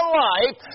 life